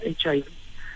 HIV